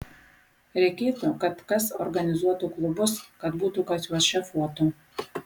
reikėtų kad kas organizuotų klubus kad būtų kas juos šefuotų